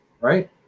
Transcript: right